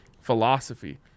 philosophy